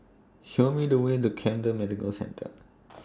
Show Me The Way to Camden Medical Centre